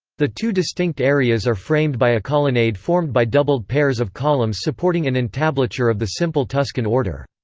the two distinct areas are framed by a colonnade formed by doubled pairs of columns supporting an entablature of the simple tuscan order.